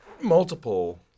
multiple